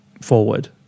forward